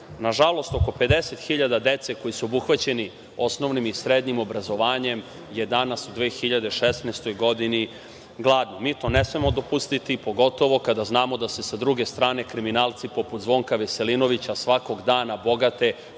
užina. Nažalost, oko 50.000 dece, koja su obuhvaćena osnovnim i srednjim obrazovanjem, je danas, u 2016. godini, gladno. Mi to ne smemo dopustiti, pogotovo kada znamo da se sa druge strane kriminalci, poput Zvonka Veselinovića, svakog dana bogate